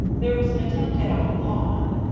there was an attempt at a lawn,